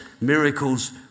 miracles